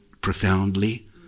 profoundly